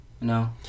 No